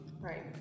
Right